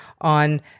on